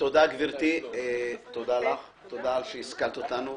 תודה גברתי על שהשכלת אותנו.